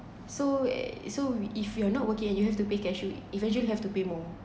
so so if you're not working and you have to pay cash will eventually have to pay more